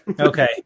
okay